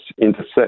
intersect